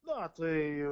na tai